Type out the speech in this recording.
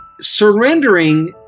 surrendering